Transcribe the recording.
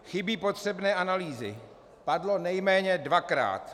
Chybí potřebné analýzy padlo nejméně dvakrát.